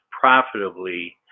profitably